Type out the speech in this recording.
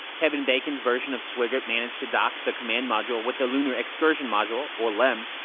kevin bacon's version of swigert managed to dock the command module with the lunar excursion module, or lem.